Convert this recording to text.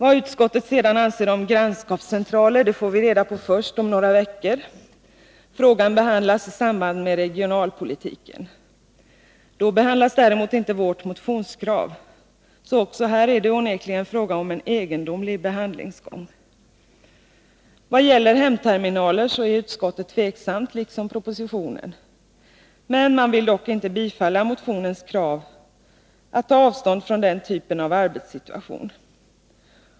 Vad utskottet anser om grannskapscentraler får vi reda på först om några veckor — frågan skall behandlas i samband med regionalpolitiken. Då behandlas däremot inte vårt motionskrav, så också här är det onekligen fråga om en egendomlig behandlingsgång. Vad gäller hemterminaler är utskottet tveksamt, i likhet med vad som anförs i propositionen. Man vill dock inte bifalla motionens krav på att man skall ta avstånd från den typen av arbetssituation.